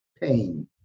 pain